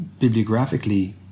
bibliographically